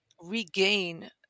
regain